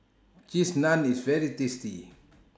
Cheese Naan IS very tasty